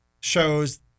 shows